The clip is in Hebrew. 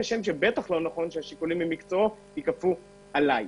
כשם שלא נכון שהשיקולים במקצועו ייכפו עלי.